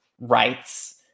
rights